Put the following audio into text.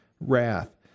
wrath